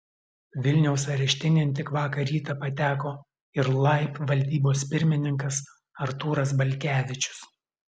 vilniaus areštinėn tik vakar rytą pateko ir laib valdybos pirmininkas artūras balkevičius